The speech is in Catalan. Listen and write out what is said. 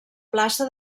plaça